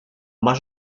más